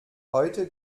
heute